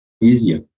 easier